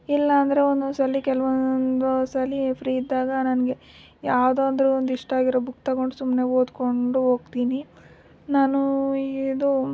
ಇಲ್ಲ ಅಂದರೆ ಒಂದೊಂದು ಸಲ ಕೆಲವೊಂದು ಸಲ ಫ್ರೀ ಇದ್ದಾಗ ನನಗೆ ಯಾವುದಾದ್ರೂ ಒಂದು ಇಷ್ಟ ಆಗಿರೋ ಬುಕ್ ತಗೊಂಡು ಸುಮ್ಮನೆ ಓದಿಕೊಂಡು ಹೋಗ್ತೀನಿ ನಾನು ಇದು